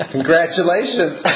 Congratulations